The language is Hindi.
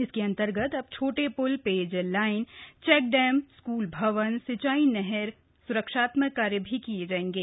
इसके अंतर्गत अब छोटे प्रल पेयजल लाइन चेक डैम स्कूल भवन सिंचाई नहर सुरक्षात्मक कार्य भी किये जा सकेंगे